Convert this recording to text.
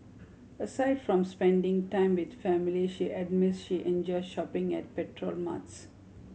aside from spending time with family she admits she enjoys shopping at petrol marts